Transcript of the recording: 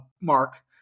mark